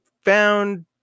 found